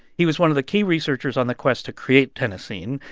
he was one of the key researchers on the quest to create tennessine.